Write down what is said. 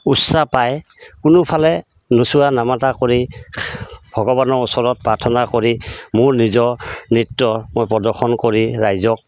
উৎসাহ পায় কোনো ফালে নোচোৱা নামাতা কৰি ভগৱানৰ ওচৰত প্ৰাৰ্থনা কৰি মোৰ নিজৰ নৃত্য মই প্ৰদৰ্শন কৰি ৰাইজক